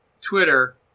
Twitter